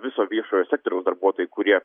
viso viešojo sektoriaus darbuotojai kurie